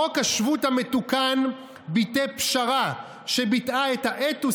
חוק השבות המתוקן ביטא פשרה שביטאה את האתוס